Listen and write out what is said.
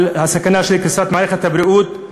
על הסכנה של קריסת מערכת הבריאות.